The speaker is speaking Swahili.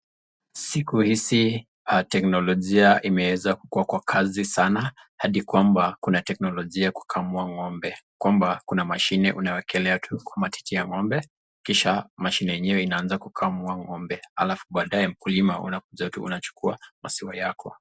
Siku hizi teknolojia imeweza kukua kwa kasi sana, hadi kwamba kuna teknolojia kukamua ng'ombe, kwamba kuna mashini unawekelea tu kwa matiiti ya ng'ombe kisha mashine yenyewe inaanza kukamua ng'ombe halafu baadae mkulima unakuja tu unachukua maziwa yako.